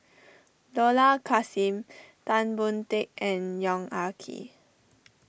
Dollah Kassim Tan Boon Teik and Yong Ah Kee